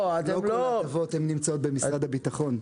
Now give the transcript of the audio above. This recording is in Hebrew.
לא כל ההטבות נמצאות במשרד הבטחון.